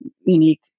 unique